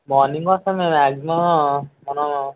morning వస్తే మేం maximum మనం